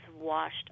washed